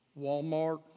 Walmart